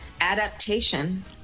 adaptation